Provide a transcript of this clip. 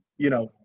you know,